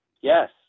Yes